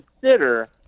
consider